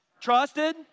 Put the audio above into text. Trusted